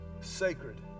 sacred